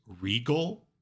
regal